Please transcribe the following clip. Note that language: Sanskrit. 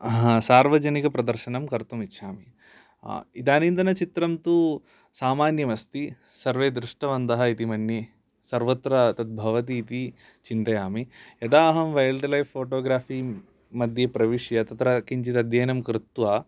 सार्वजनिकप्रदर्शनं कर्तुमिच्छामि इदानींतन चित्रं तु सामान्यमस्ति सर्वे दृष्टवन्तः इति मन्ये सर्वत्र तत् भवतीति चिन्तयामि यदा अहं वैल्ड् लैफ् फोटोग्राफिं मध्ये प्रविश्य तत्र किञ्चित् अध्ययनं कृत्वा